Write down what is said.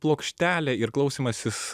plokštelė ir klausymasis